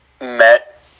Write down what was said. Met